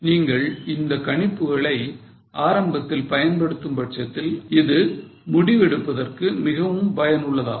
நீங்கள் இந்த கணிப்புகளை ஆரம்பத்தில் பயன்படுத்தும் பட்சத்தில் இது முடிவு எடுப்பதற்கு மிகவும் பயனுள்ளதாகும்